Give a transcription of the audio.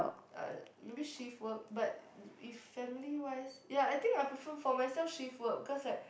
uh maybe shift work but if family wise ya I think I prefer for myself shift work because like